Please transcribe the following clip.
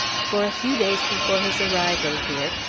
for a few days before his arrival here,